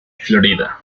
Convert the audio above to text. florida